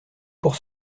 pour